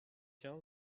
quinze